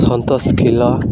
ସନ୍ତୋଷ ଖିଲ